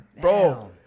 bro